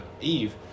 Eve